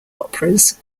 operas